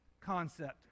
concept